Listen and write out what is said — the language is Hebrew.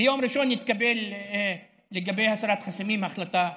ביום ראשון תתקבל לגבי הסרת חסמים החלטה,